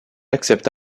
accepte